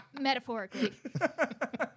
metaphorically